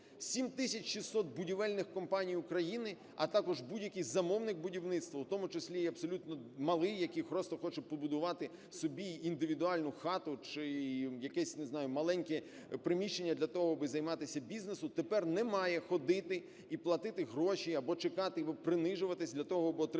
600 будівельних компаній України, а також будь-який замовник будівництва, в тому числі і абсолютно, малий, який просто хочу побудувати собі індивідуальну хату чи якесь, не знаю, маленьке приміщення для того, аби займатися бізнесом, тепер не має ходити і платити гроші або чеками і принижуватись для того, аби отримати